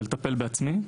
את השירות ולטפל בעצמי.